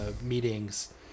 meetings